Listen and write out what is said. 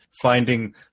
finding